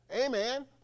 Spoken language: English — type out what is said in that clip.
Amen